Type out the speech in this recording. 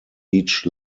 each